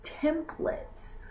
templates